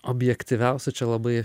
objektyviausia čia labai